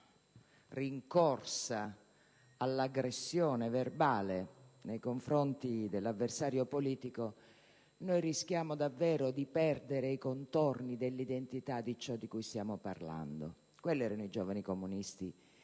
rincorsa all'aggressione verbale nei confronti dell'avversario politico rischiamo davvero di perdere i contorni dell'identità di ciò di cui stiamo parlando: quelli erano i Giovani comunisti.